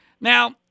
now